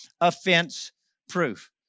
offense-proof